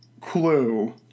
clue